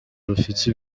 rufite